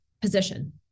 position